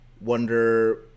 Wonder